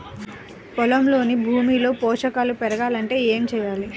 పొలంలోని భూమిలో పోషకాలు పెరగాలి అంటే ఏం చేయాలి?